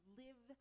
live